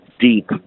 deep